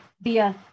via